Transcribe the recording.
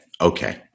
Okay